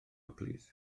plîs